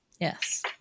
yes